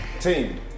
Team